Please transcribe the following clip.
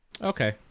okay